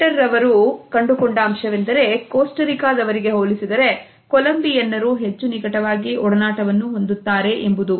ಶೆಟ್ಟರ್ ರವರು ಕಂಡುಕೊಂಡ ಅಂಶವೆಂದರೆ ಕೋಸ್ಟರಿಕಾ ದವರಿಗೆ ಹೋಲಿಸಿದರೆ ಕೊಲಂಬಿಯನ್ನರು ಹೆಚ್ಚು ನಿಕಟವಾಗಿ ಒಡನಾಟವನ್ನು ಹೊಂದುತ್ತಾರೆ ಎಂಬುದು